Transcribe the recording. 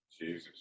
jesus